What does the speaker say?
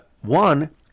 One